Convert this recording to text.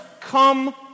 come